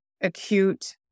acute